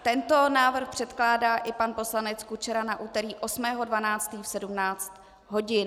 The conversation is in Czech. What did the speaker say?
Tento návrh předkládá i pan poslanec Kučera na úterý 8. 12. v 17 hodin.